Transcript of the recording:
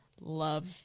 love